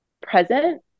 present